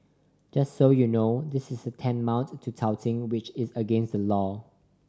just so you know this is tantamount to touting which is against the law